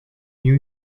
new